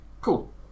Cool